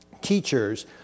teachers